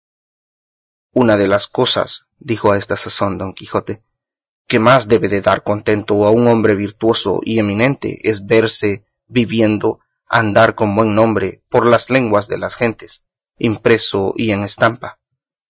una de las cosas dijo a esta sazón don quijote que más debe de dar contento a un hombre virtuoso y eminente es verse viviendo andar con buen nombre por las lenguas de las gentes impreso y en estampa